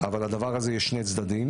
אבל לדבר הזה יש שני צדדים,